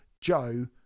Joe